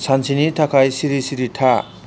सानसेनि थाखाय सिरि सिरि था